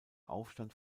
aufstand